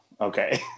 okay